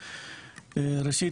ראשית,